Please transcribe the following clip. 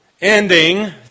ending